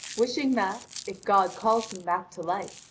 wishing that, if god calls him back to life,